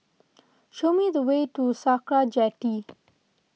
show me the way to Sakra Jetty